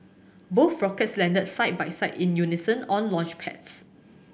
both rockets landed side by side in unison on launchpads